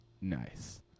Nice